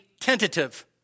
tentative